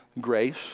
Grace